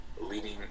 leading